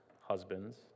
husbands